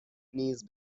نیز